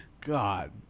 God